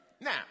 Now